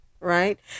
Right